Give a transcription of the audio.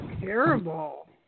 terrible